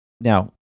now